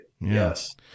yes